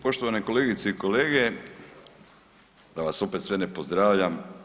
Poštovane kolegice i kolege, da vas opet sve ne pozdravljam.